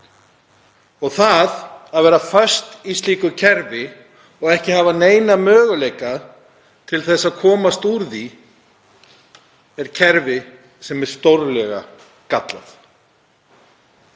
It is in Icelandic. Það að vera föst í slíku kerfi og hafa ekki neina möguleika til að komast úr því er kerfi sem er stórlega gallað,